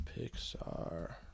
Pixar